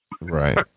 Right